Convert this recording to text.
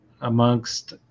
amongst